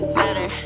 better